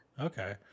okay